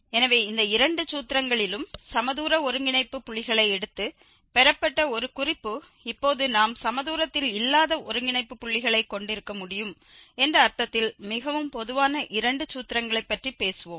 எனவே இந்த இரண்டு சூத்திரங்களிலும் சமதூர ஒருங்கிணைப்பு புள்ளிகளை எடுத்து பெறப்பட்ட ஒரு குறிப்பு இப்போது நாம் சமதூரத்தில் இல்லாத ஒருங்கிணைப்பு புள்ளிகளைக் கொண்டிருக்க முடியும் என்ற அர்த்தத்தில் மிகவும் பொதுவான இரண்டு சூத்திரங்களைப் பற்றி பேசுவோம்